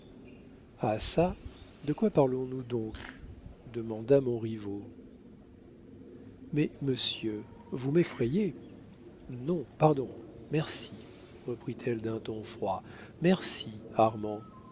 ah çà de quoi parlons-nous donc demanda montriveau mais monsieur vous m'effrayez non pardon merci reprit-elle d'un ton froid merci